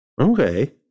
Okay